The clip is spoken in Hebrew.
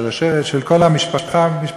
של כל המשפחה.